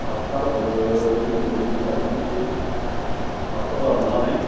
हासार होयै होयै गायनोसै हाखर जावनानै